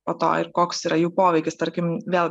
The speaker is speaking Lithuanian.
po to ir koks yra jų poveikis tarkim vėl